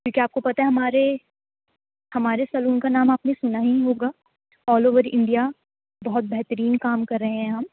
کیونکہ آپ کو پتا ہے ہمارے ہمارے سیلون کا نام آپ ںے سنا ہی ہوگا آل اوور انڈیا بہت بہترین کام کر رہے ہیں ہم